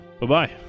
Bye-bye